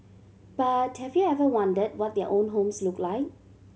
but have you ever wondered what their own homes look like